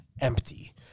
Empty